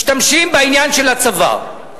משתמשים בעניין של הצבא.